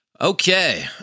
okay